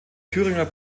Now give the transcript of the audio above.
thüringer